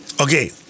Okay